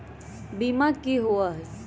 बीमा की होअ हई?